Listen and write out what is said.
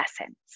essence